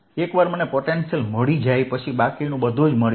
એકવાર મને પોટેન્શિયલ મળી જાય પછી બાકીનું બધું મળશે